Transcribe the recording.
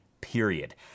period